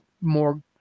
more